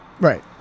Right